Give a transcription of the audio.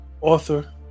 author